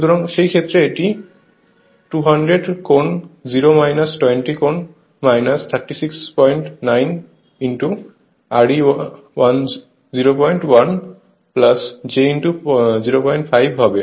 সুতরাং সেই ক্ষেত্রে এটি 200 কোণ 0 20 কোণ 369 যে Re101 j 05 হবে